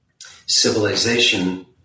civilization